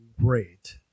great